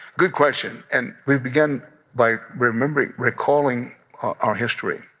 good question, and we begin by remembering recalling our history.